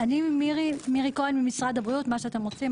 אני אומרת שוב: כל מה שאמרתם לגבי המטרות של המ.מ.מ,